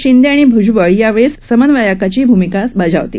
शिंदे आणि भूजबळ यावेळी समन्वयाची भूमिका बजावतील